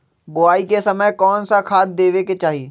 बोआई के समय कौन खाद देवे के चाही?